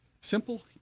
Simple